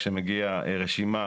כשמגיעה רשימה